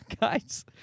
guys